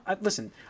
listen